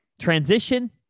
transition